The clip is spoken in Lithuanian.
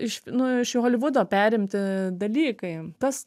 iš nu iš holivudo perimti dalykai tas